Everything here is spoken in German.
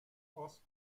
ost